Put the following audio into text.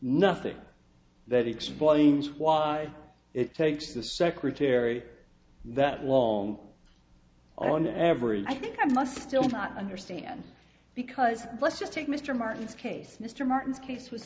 nothing that explains why it takes the secretary that long on every i think i must still not understand because let's just take mr martin's case mr martin's case w